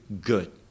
good